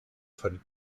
von